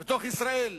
בישראל,